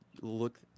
look